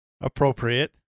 Appropriate